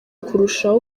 kurushaho